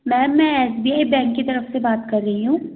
ma'am मैं S B I bank के तरफ़ से बात कर रही हूँ